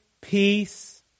peace